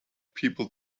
people